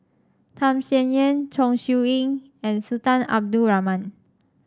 Tham Sien Yen Chong Siew Ying and Sultan Abdul Rahman